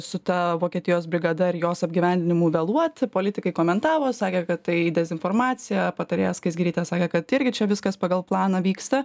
su ta vokietijos brigada ir jos apgyvendinimu vėluoti politikai komentavo sakė kad tai dezinformacija patarėja skaisgirytė sakė kad irgi čia viskas pagal planą vyksta